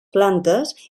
plantes